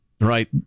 Right